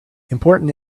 important